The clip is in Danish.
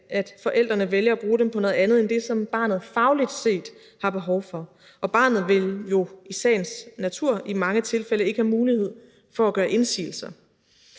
at forældrene vælger at bruge dem på noget andet end det, som barnet fagligt set har behov for, og barnet vil jo i sagens natur i mange tilfælde ikke have mulighed for at gøre indsigelser.